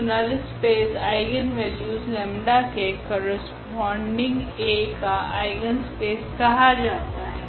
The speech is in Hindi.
तो नल स्पेस आइगनवेल्यू लेम्डा 𝜆 के करस्पोंडिंग A का आइगनस्पेस कहा जाता है